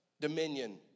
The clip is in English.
dominion